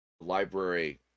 library